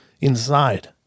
inside